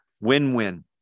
Win-win